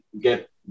get